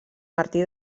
martí